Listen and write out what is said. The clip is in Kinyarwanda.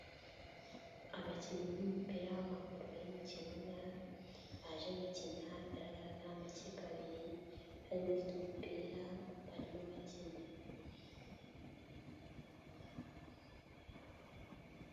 Abakinnyi b'umupira w'amaguru bari mu kibuga baje gukina, bigaragara ko ari amakipe abiri harimo ufite umupira barimo bakina.